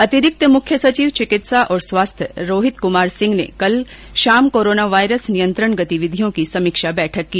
अतिरिक्त मुख्य सचिव चिकित्सा और स्वास्थ्य रोहित कमार सिंह ने कल शाम कोरोना वायरस नियंत्रण गतिविधियों की समीक्षा बैठक की